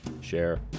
Share